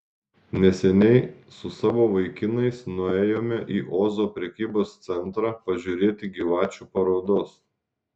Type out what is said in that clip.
neseniai su savo vaikinais nuėjome į ozo prekybos centrą pažiūrėti gyvačių parodos